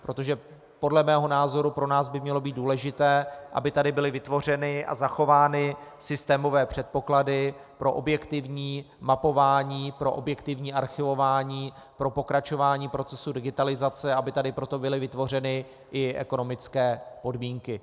Protože podle mého názoru pro nás by mělo být důležité, aby tady byly vytvořeny a zachovány systémové předpoklady pro objektivní mapování, pro objektivní archivování, pro pokračování procesu digitalizace, aby tady pro to byly vytvořeny i ekonomické podmínky.